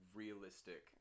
realistic